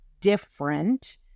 different